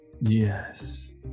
Yes